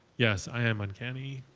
yes, i am uncanny,